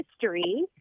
history